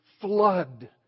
flood